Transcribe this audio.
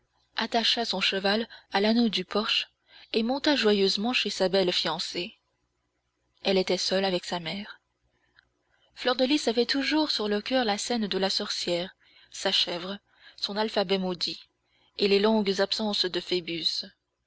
attacha son cheval à l'anneau du porche et monta joyeusement chez sa belle fiancée elle était seule avec sa mère fleur de lys avait toujours sur le coeur la scène de la sorcière sa chèvre son alphabet maudit et les longues absences de